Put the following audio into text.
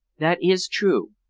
that is true.